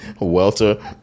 welter